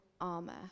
armor